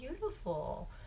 beautiful